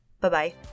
Bye-bye